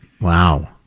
Wow